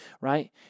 right